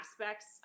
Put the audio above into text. aspects